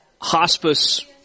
hospice